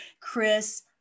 Chris